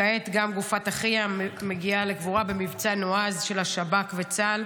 כעת גם גופת אחיה מגיעה לקבורה במבצע נועז של השב"כ וצה"ל,